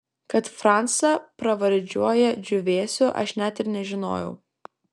kad francą pravardžiuoja džiūvėsiu aš net ir nežinojau